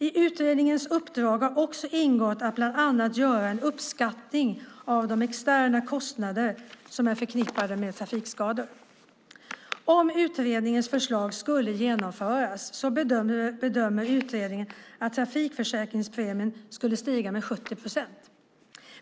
I utredningens uppdrag har också ingått att bland annat göra en uppskattning av de externa kostnader som är förknippade med trafikskador. Om utredningens förslag skulle genomföras skulle, bedömer utredningen, trafikförsäkringspremien stiga med 70 procent.